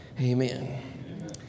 Amen